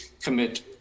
commit